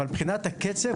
אבל מבחינת הקצב,